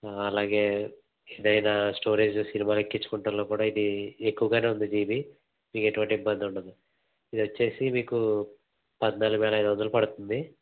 అలాగే ఏదైన స్టోరేజ్ సినిమాలు ఎక్కించుకుంటంలో కూడా ఇది ఎక్కువగా ఉంది జీబీ మీకు ఎటువంటి ఇబ్బంది ఉండదు ఇది వచ్చి మీకు పద్నాలుగు వేల ఐదు వందలు పడుతుంది